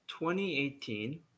2018